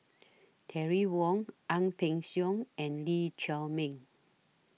Terry Wong Ang Peng Siong and Lee Chiaw Meng